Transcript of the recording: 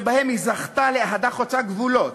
שבהם היא זכתה לאהדה חוצה גבולות,